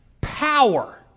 power